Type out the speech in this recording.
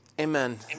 Amen